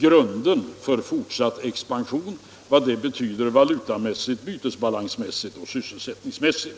Grunden för fortsatt expansion är vad exporten betyder valutamässigt, bytesbalansmässigt och sysselsättningsmässigt.